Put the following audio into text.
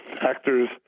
actors